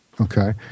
Okay